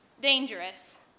dangerous